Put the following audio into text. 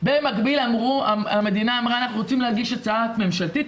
במקביל המדינה אמרה 'אנחנו רוצים להגיש הצעה ממשלתית,